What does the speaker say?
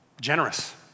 generous